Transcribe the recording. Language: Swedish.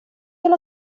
till